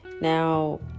Now